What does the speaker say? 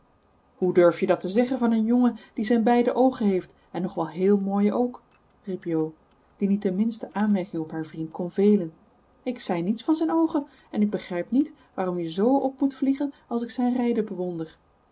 hoe durf je dat te zeggen van een jongen die zijn beide oogen heeft en nog wel heel mooie ook riep jo die niet de minste aanmerking op haar vriend kon velen ik zei niets van zijn oogen en ik begrijp niet waarom je zoo op moet vliegen als ik zijn rijden bewonder